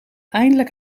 eindelijk